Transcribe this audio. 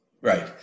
Right